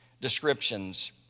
descriptions